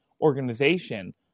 organization